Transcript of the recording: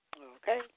Okay